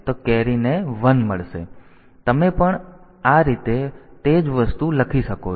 તેથી તમે આ રીતે પણ તે જ વસ્તુ લખી શકો છો